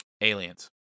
Aliens